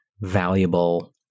valuable